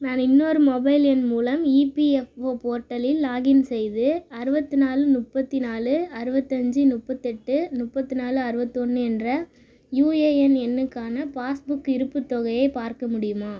நான் இன்னொரு மொபைல் எண் மூலம் இபிஎஃப்ஒ போர்ட்டலில் லாகின் செய்து அறுபத்தி நாலு முப்பத்தி நாலு அறுபத்தஞ்சி முப்பத்தெட்டு முப்பத்தி நாலு அறுபத்தொன்னு என்ற யூஏஎன் எண்ணுக்கான பாஸ்புக் இருப்புத் தொகையை பார்க்க முடியுமா